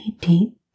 deep